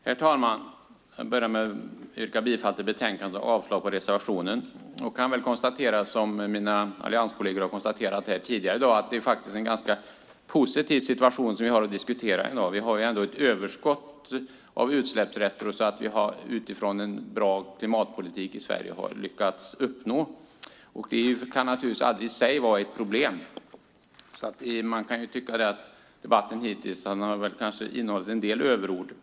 Herr talman! Jag yrkar bifall till utskottets förslag i betänkandet och avslag på reservationen. Som mina allianskolleger tidigare i dag konstaterat här kan också jag konstatera att det är en ganska positiv situation som vi nu har att diskutera. Vi har ändå ett överskott av utsläppsrätter, något som vi utifrån en bra klimatpolitik i Sverige har lyckats uppnå. Det kan i sig aldrig vara ett problem. Debatten hittills här i dag har kanske, kan man tycka, innehållit en del överord.